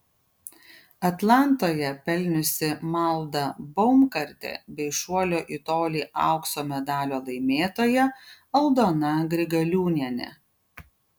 atlantoje pelniusi malda baumgartė bei šuolio į tolį aukso medalio laimėtoja aldona grigaliūnienė